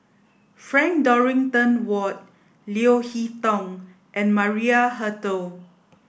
Frank Dorrington Ward Leo Hee Tong and Maria Hertogh